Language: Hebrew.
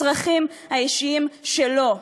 הצרכים האישיים שלו.